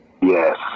yes